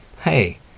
hey